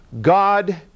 God